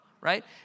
right